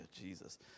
Jesus